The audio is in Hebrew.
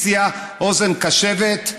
באופוזיציה אוזן קשבת.